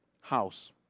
house